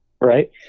right